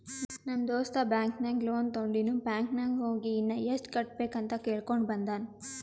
ನಮ್ ದೋಸ್ತ ಬ್ಯಾಂಕ್ ನಾಗ್ ಲೋನ್ ತೊಂಡಿನು ಬ್ಯಾಂಕ್ ನಾಗ್ ಹೋಗಿ ಇನ್ನಾ ಎಸ್ಟ್ ಕಟ್ಟಬೇಕ್ ಅಂತ್ ಕೇಳ್ಕೊಂಡ ಬಂದಾನ್